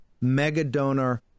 mega-donor